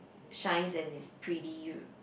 shines and it's prettier